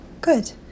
Good